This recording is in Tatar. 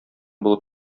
булып